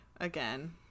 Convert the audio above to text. again